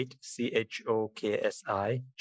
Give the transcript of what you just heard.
C-H-O-K-S-I